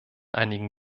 einigen